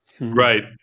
right